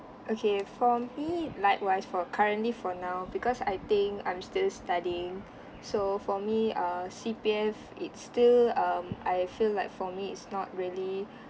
okay for me likewise for currently for now because I think I'm still studying so for me err C_P_F it's still um I feel like for me it's not really